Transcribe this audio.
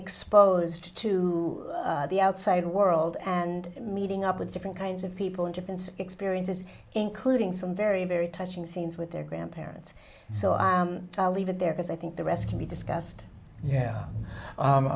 exposed to the outside world and meeting up with different kinds of people in different experiences including some very very touching scenes with their grandparents so i leave it there because i think the rest can be discussed yeah